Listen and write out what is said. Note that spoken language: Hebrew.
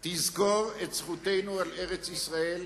תזכור את זכותנו על ארץ-ישראל,